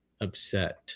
upset